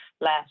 last